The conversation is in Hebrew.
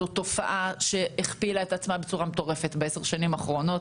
זאת תופעה שהכפילה את עצמה בצורה מטורפת בעשר השנים האחרונות.